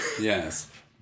Yes